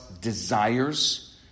desires